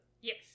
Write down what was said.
Yes